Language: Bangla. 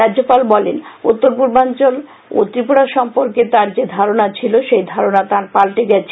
রাজ্যপাল বলেন উত্তর পূর্বাঞ্চলে ও ত্রিপুরা সম্পর্কে তাঁর যে ধারণা ছিল সেই ধারণা তাঁর পাল্টে গেছে